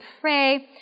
pray